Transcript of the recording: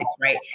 right